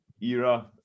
era